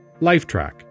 Lifetrack